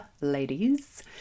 ladies